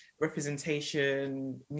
representation